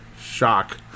shock